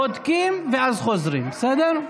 בודקים ואז חוזרים, בסדר?